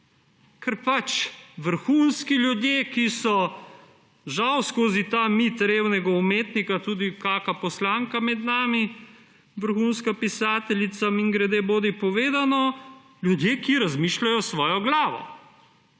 so pač vrhunski ljudje, žal skozi ta mit revnega umetnika, tudi kakšna poslanka med nami, vrhunska pisateljica, mimogrede povedano, ljudje, ki razmišljajo s svojo glavo.